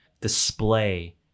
display